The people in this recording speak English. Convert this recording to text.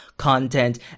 Content